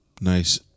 nice